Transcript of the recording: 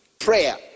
prayer